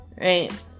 right